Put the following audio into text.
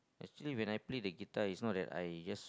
actually when I play the guitar it's not that I just